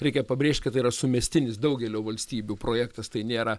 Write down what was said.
reikia pabrėžt kad tai yra sumestinis daugelio valstybių projektas tai nėra